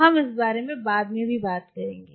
हम इस बारे में बात करेंगे